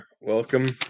welcome